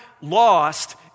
lost